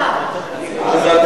אתה יכול, אתה מוכשר.